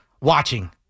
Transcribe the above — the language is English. watching